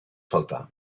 faltar